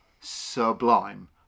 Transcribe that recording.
sublime